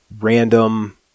random